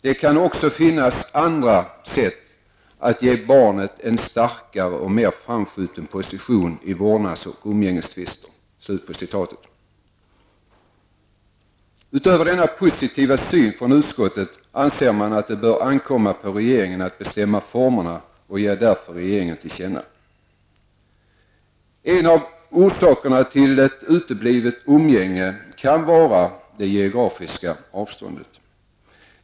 Det kan också finnas andra sätt att ge barnet en starkare och mer framskjuten position i vårdnads och umgängestvister.'' Utöver denna positiva syn från utskottet anser man att det bör ankomma på regeringen att bestämma formerna och ger därför detta regeringen till känna. En av orsakerna till ett uteblivet umgänge kan vara det geografiska avståndet.